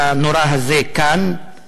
המוקד הנורא זה כאן, הבעייתי,